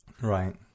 Right